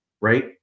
right